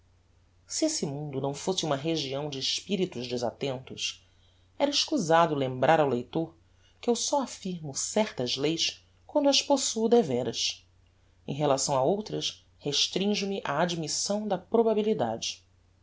se esse mundo não fosse uma região de espiritos desattentos era escusado lembrar ao leitor que eu só affirmo certas leis quando as possuo deveras em relação a outras restrinjo me á admissão da probabilidade